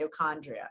mitochondria